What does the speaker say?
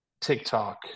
TikTok